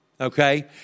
Okay